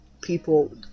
People